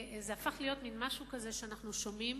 זה הפך להיות משהו כזה שאנחנו שומעים,